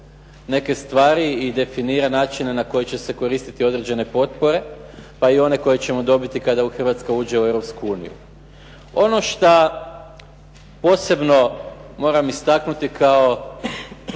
neke stvari i definira načine na koji će se koristiti određene potpore, pa i one koje ćemo dobiti kada Hrvatska uđe u Europsku uniju. Ono šta posebno moram istaknuti kao